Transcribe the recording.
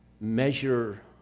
measure